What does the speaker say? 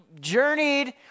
journeyed